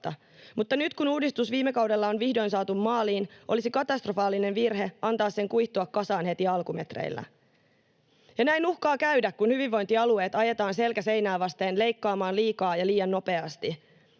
mutta nyt kun uudistus viime kaudella on vihdoin saatu maaliin, olisi katastrofaalinen virhe antaa sen kuihtua kasaan heti alkumetreillä. Näin uhkaa käydä, kun hyvinvointialueet ajetaan selkä seinää vasten leikkaamaan liikaa ja liian nopeasti.